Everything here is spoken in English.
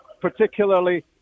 particularly